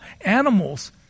animals